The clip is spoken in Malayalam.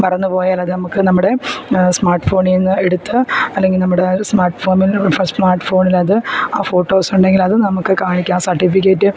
മറന്നുപോയാൽ അത് നമുക്ക് നമ്മുടെ സ്മാർട്ട് ഫോണിൽ നിന്ന് എടുത്ത് അല്ലെങ്കിൽ നമ്മുടെ സ്മാർട്ട് ഫോണിൽ ഫസ്റ്റ് സ്മാർട്ട് ഫോണിൽ അത് ആ ഫോട്ടോസ് ഉണ്ടെങ്കിൽ അത് നമുക്ക് കാണിക്കാം സർട്ടിഫിക്കറ്റ്